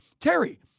Terry